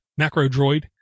MacroDroid